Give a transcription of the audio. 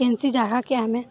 କେନ୍ସି ଜାଗାକେ ଆମେ